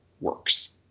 works